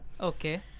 Okay